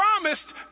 promised